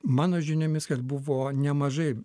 mano žiniomis kad buvo nemažai